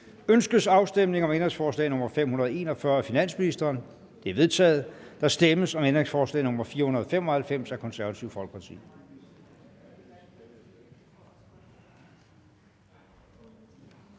Ønskes afstemning om ændringsforslag nr. 541 af finansministeren? Det er vedtaget. Der stemmes om ændringsforslag nr. 495 af Det Konservative Folkeparti.